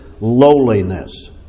lowliness